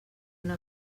una